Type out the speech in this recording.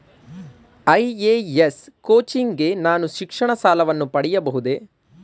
IAS coaching ಗೆ ನಾನು ಶಿಕ್ಷಣ ಸಾಲವನ್ನು ಪಡೆಯಬಹುದೇ?